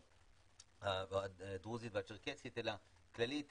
הדרוזית והצ'רקסית אלא כללית,